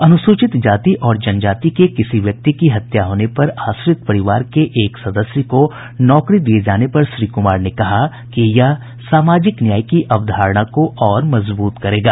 अनुसूचित जाति और जनजाति के किसी व्यक्ति की हत्या होने पर आश्रित परिवार के एक सदस्य को नौकरी दिये जाने पर श्री कुमार ने कहा कि यह सामाजिक न्याय की अवधारणा को और मजबूत करेगा